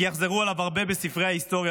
כי יחזרו עליו הרבה בספרי ההיסטוריה.